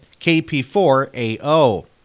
KP4AO